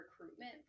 recruitment